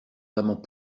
vraiment